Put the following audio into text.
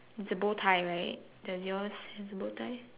it's a bow tie right does your has a bow tie